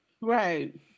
Right